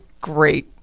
great